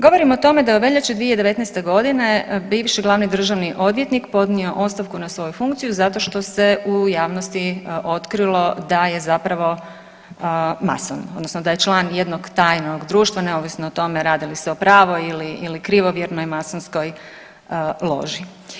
Govorim o tome da je u veljači 2019. bivši glavni državni odvjetnik podnio ostavku na svoju funkciju zato što se u javnosti otkrilo da je zapravo mason odnosno da je član jednog tajnog društva neovisno o tome radi li se o pravoj ili krivovjernoj masonskoj loži.